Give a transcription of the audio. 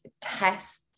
tests